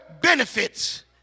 benefits